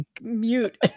mute